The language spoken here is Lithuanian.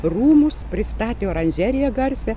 rūmus pristatė oranžeriją garsią